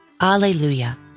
Alleluia